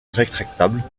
rétractable